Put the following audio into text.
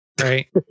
right